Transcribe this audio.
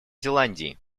зеландии